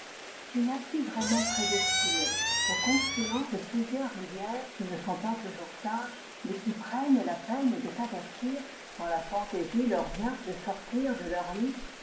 tu naquis vraiment prédestinée au confluent de plusieurs rivières qui ne sont pas toujours sages mais qui prennent la peine de t'avertir quand la fantaisie leur vient de sortir de leur lit